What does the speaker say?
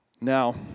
now